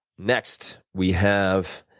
next, we have